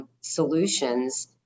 solutions